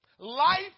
Life